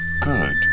good